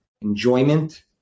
enjoyment